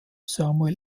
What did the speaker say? samuel